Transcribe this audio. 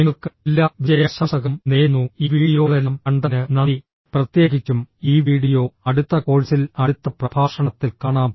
നിങ്ങൾക്ക് എല്ലാ വിജയാശംസകളും നേരുന്നു ഈ വീഡിയോകളെല്ലാം കണ്ടതിന് നന്ദി പ്രത്യേകിച്ചും ഈ വീഡിയോ അടുത്ത കോഴ്സിൽ അടുത്ത പ്രഭാഷണത്തിൽ കാണാം